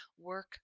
work